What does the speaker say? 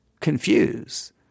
confuse